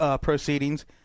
proceedings